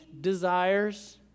desires